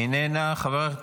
איננה.